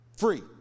free